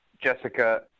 Jessica